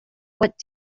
what